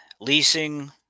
leasing